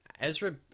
Ezra